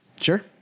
Sure